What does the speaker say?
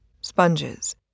sponges